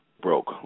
broke